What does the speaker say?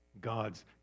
God's